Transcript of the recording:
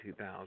2000